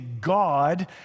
God